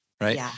Right